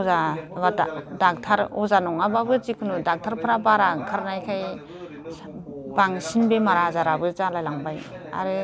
अजा बा डक्ट'र अजा नङाबाबो जिखुनु डक्ट'रफ्रा बारा ओंखारनायखाय बांसिन बेमार आजाराबो जालाय लांबाय आरो